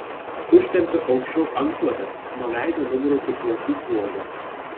užtempiu aukščiau antklodę nuo veido nubraukiu plaukų sruogą